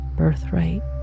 birthright